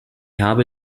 habe